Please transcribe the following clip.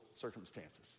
circumstances